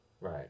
right